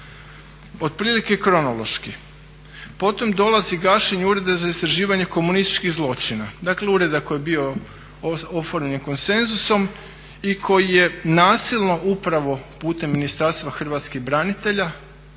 Otprilike kronološki. Potom dolazi gašenje Ureda za istraživanje komunističkih zločina, dakle ureda koji je bio oformljen konsenzusom i koji je nasilno upravo putem Ministarstva hrvatskih branitelja